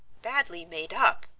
badly made up?